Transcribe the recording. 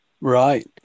right